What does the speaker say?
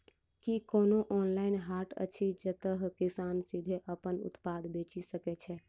की कोनो ऑनलाइन हाट अछि जतह किसान सीधे अप्पन उत्पाद बेचि सके छै?